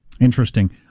interesting